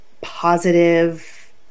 positive